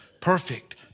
perfect